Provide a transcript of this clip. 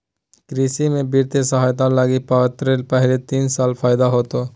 कृषि में वित्तीय सहायता लगी पात्रता पहले तीन साल फ़ायदा होतो